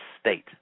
state